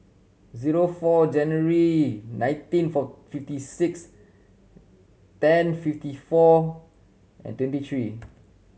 zero four January nineteen four fifty six ten fifty four and twenty three